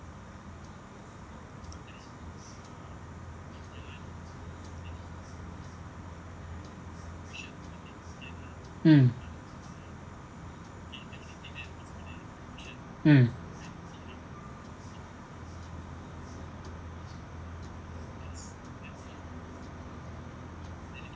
mm mm